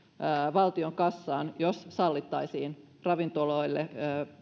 valtion kassaan jos sallittaisiin ravintoloille